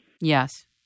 Yes